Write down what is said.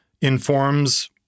informs